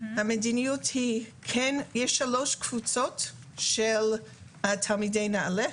יש שלוש קבוצות של תלמידי נעל"ה: